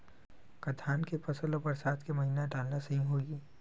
का धान के फसल ल बरसात के महिना डालना सही होही?